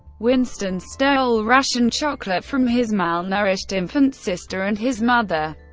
winston stole rationed chocolate from his malnourished infant sister and his mother,